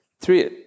three